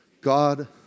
God